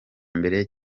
mbere